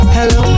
Hello